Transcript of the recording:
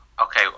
Okay